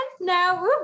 now